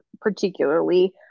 particularly